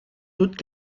toutes